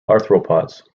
arthropods